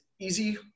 easy